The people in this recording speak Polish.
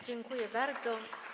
Dziękuję bardzo.